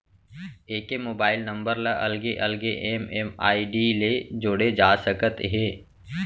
एके mobile number ल अलगे अलगे एम.एम.आई.डी ले जोड़े जा सकत हे